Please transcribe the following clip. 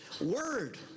word